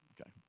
Okay